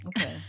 Okay